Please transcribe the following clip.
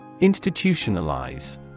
Institutionalize